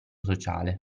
sociale